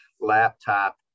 laptop